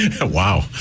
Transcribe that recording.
Wow